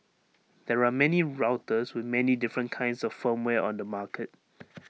there are many routers with many different kinds of firmware on the market